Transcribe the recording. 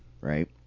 right